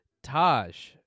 Taj